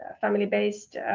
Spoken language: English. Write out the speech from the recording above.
family-based